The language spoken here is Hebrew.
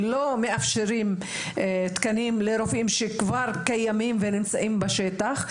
לא מאפשרים תקנים לרופאים שכבר קיימים ונמצאים בשטח.